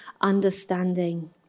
understanding